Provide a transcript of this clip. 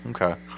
okay